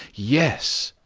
yes!